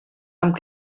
amb